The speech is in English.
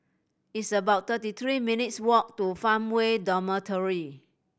it's about thirty three minutes' walk to Farmway Dormitory